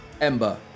Ember